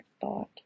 thought